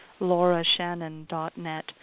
laurashannon.net